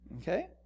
Okay